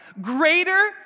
greater